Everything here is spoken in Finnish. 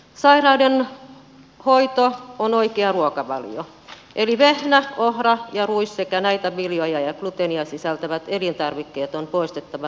sairauden hoito on oikea ruokavalio eli vehnä ohra ja ruis sekä näitä viljoja ja gluteenia sisältävät elintarvikkeet on poistettava ruokavaliosta